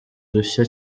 dushya